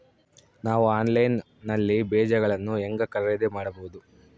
ನಾವು ಆನ್ಲೈನ್ ನಲ್ಲಿ ಬೇಜಗಳನ್ನು ಹೆಂಗ ಖರೇದಿ ಮಾಡಬಹುದು?